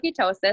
ketosis